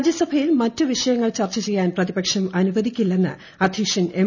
രാജ്യസഭയിൽ മറ്റു വിഷയങ്ങൾ ചർച്ച ചെയ്യാൻ പ്രതിപക്ഷം അനുവദിക്കില്ലെന്ന് അധൃക്ഷൻ എം